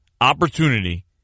opportunity